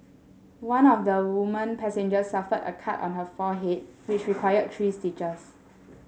one of the woman passengers suffered a cut on her forehead which required three stitches